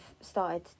started